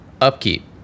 upkeep